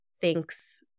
thinks